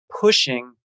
pushing